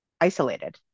isolated